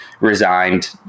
resigned